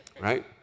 Right